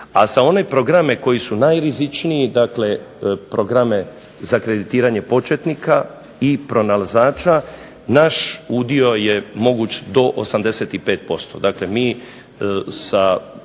a za one programe koji su najrizičniji, dakle programe za kreditiranje početnika i pronalazača naš udio je moguć do 85%.